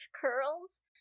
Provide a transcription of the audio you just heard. curls